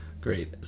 Great